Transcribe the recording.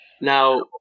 Now